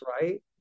right